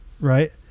right